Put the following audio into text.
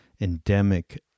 endemic